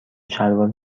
شلوار